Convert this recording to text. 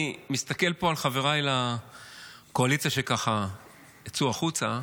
אני מסתכל פה על חבריי בקואליציה שיצאו החוצה.